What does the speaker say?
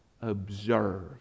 Observe